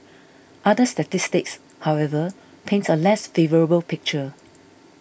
other statistics however paint a less favourable picture